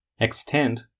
extend